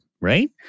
right